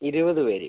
ഇരുപത് പേര്